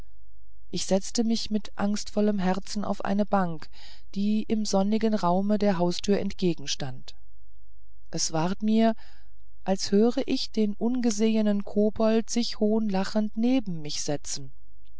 ich setzte mich mit angstvollem herzen auf eine bank die im sonnigen raume der haustür gegenüber stand es ward mir als hörte ich den ungesehenen kobold sich hohnlachend neben mich setzen